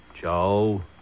Joe